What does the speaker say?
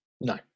no